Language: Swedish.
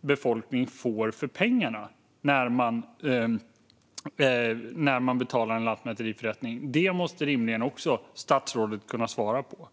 befolkning för pengarna när de betalar för en lantmäteriförrättning? Det måste rimligen statsrådet kunna svara på.